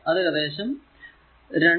അത് ഏകദേശം 2